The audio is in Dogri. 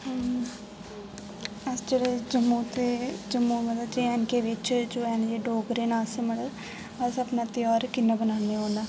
अस जेह्डे़ जम्मू ते जम्मू मतलब जे एंड के बिच जेह्डे़ डोगरे न अस मतलब अस अपना त्यौहार कि'न्ना बनाने होने आं